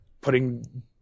putting